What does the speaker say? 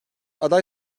aday